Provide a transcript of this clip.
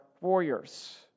warriors